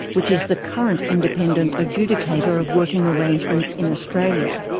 which is the current independent adjudicator of working arrangements in australia.